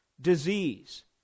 disease